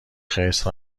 خرس